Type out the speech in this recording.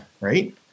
right